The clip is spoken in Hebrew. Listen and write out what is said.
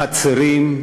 חצרים,